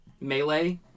melee